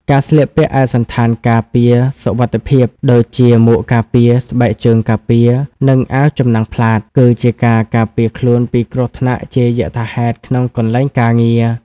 ការស្លៀកពាក់ឯកសណ្ឋានការពារសុវត្ថិភាព ដូចជាមួកការងារ ស្បែកជើងការពារ និងអាវចំណាំងផ្លាត គឺជាការការពារខ្លួនពីគ្រោះថ្នាក់ជាយថាហេតុក្នុងកន្លែងការងារ។